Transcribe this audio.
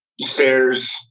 Stairs